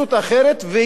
ההתייחסות אחרת.